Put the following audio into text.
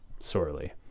sorely